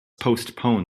postpone